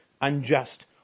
unjust